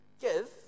give